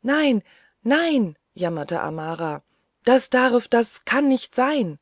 nein nein jammerte amara das darf das kann nicht sein